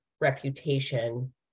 reputation